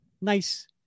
nice